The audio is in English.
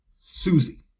Susie